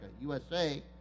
USA